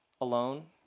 alone